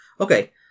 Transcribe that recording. Okay